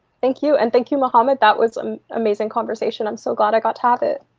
thank you. and thank you, muhammad, that was an amazing conversation. i'm so glad i got to have it.